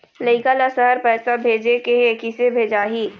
लइका ला शहर पैसा भेजें के हे, किसे भेजाही